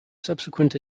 subsequent